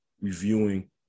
reviewing